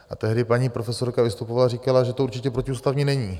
A tehdy paní profesorka vystupovala a říkala, že to určitě protiústavní není.